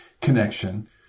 connection